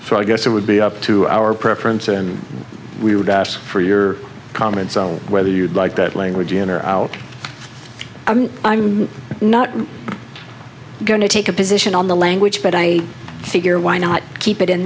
so i guess it would be up to our preference and we would ask for your comments whether you'd like that language in or out i'm not going to take a position on the language but i figure why not keep it in